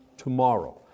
tomorrow